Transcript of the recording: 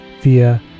via